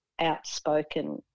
outspoken